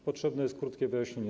Potrzebne jest tu krótkie wyjaśnienie.